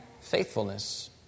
faithfulness